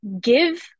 give